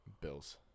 Bills